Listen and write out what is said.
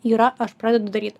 yra aš pradedu daryt